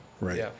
right